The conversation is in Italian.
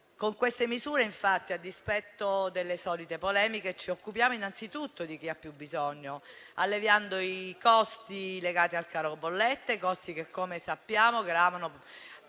Con queste misure infatti, a dispetto delle solite polemiche, ci occupiamo innanzitutto di chi ha più bisogno, alleviando i costi legati al caro bollette, che - come sappiamo -